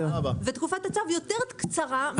זו תקופת הצו יותר קצרה מההסדר.